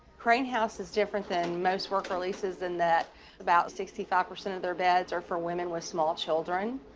craine house is different than most work releases in that about sixty five percent of their beds are for women with small children,